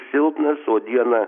silpnas o dieną